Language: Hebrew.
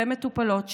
ומטופלות,